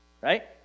Right